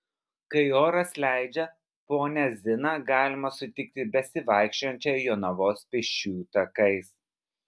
kai oras leidžia ponią ziną galima sutikti bevaikštinėjančią jonavos pėsčiųjų takais